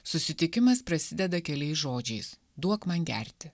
susitikimas prasideda keliais žodžiais duok man gerti